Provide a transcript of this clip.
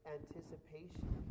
anticipation